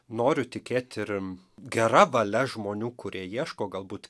noriu tikėt ir gera valia žmonių kurie ieško galbūt